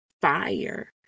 fire